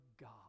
God